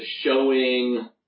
showing